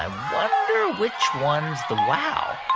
ah which one's the wow.